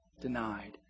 denied